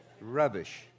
Rubbish